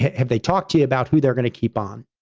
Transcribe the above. have they talked to you about who they're going to keep on?